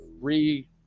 re